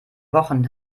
wochen